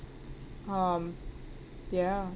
um ya